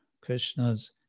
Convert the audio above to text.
Krishna's